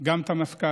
גם את המפכ"ל,